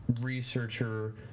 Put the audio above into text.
researcher